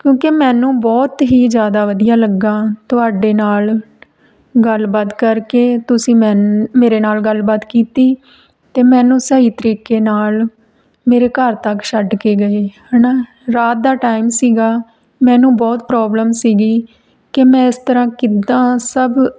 ਕਿਉਂਕਿ ਮੈਨੂੰ ਬਹੁਤ ਹੀ ਜ਼ਿਆਦਾ ਵਧੀਆ ਲੱਗਾ ਤੁਹਾਡੇ ਨਾਲ ਗੱਲਬਾਤ ਕਰਕੇ ਤੁਸੀਂ ਮੈ ਮੇਰੇ ਨਾਲ ਗੱਲਬਾਤ ਕੀਤੀ ਅਤੇ ਮੈਨੂੰ ਸਹੀ ਤਰੀਕੇ ਨਾਲ ਮੇਰੇ ਘਰ ਤੱਕ ਛੱਡ ਕੇ ਗਏ ਹੈ ਨਾ ਰਾਤ ਦਾ ਟਾਈਮ ਸੀਗਾ ਮੈਨੂੰ ਬਹੁਤ ਪ੍ਰੋਬਲਮ ਸੀਗੀ ਕਿ ਮੈਂ ਇਸ ਤਰ੍ਹਾਂ ਕਿੱਦਾਂ ਸਭ